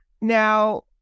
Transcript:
Now